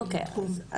אוקיי,